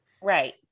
Right